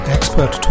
Expert